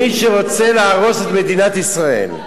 מי שרוצה להרוס את מדינת ישראל,